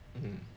hmm